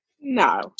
No